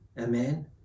Amen